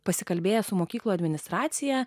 pasikalbėjęs su mokyklų administracija